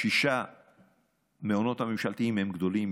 ששת המעונים הממשלתיים הם גדולים,